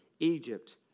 Egypt